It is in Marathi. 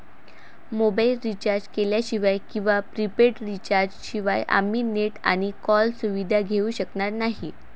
मोबाईल रिचार्ज केल्याशिवाय किंवा प्रीपेड रिचार्ज शिवाय आम्ही नेट आणि कॉल सुविधा घेऊ शकणार नाही